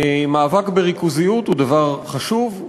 מאבק בריכוזיות הוא דבר חשוב,